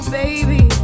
baby